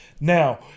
now